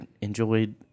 enjoyed